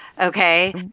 Okay